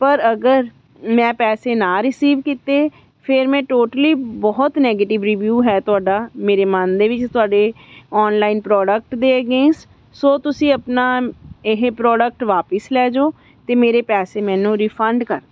ਪਰ ਅਗਰ ਮੈਂ ਪੈਸੇ ਨਾ ਰਿਸੀਵ ਕੀਤੇ ਫਿਰ ਮੈਂ ਟੋਟਲੀ ਬਹੁਤ ਨੈਗੇਟਿਵ ਰਿਵਿਊ ਹੈ ਤੁਹਾਡਾ ਮੇਰੇ ਮਨ ਦੇ ਵਿੱਚ ਤੁਹਾਡੇ ਔਨਲਾਈਨ ਪ੍ਰੋਡਕਟ ਦੇ ਅਗੇਂਸਟ ਸੋ ਤੁਸੀਂ ਆਪਣਾ ਇਹ ਪ੍ਰੋਡਕਟ ਵਾਪਸ ਲੈ ਜਾਉ ਅਤੇ ਮੇਰੇ ਪੈਸੇ ਮੈਨੂੰ ਰਿਫੰਡ ਕਰ ਦਿਉ